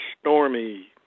stormy